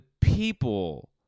people